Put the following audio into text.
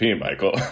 Michael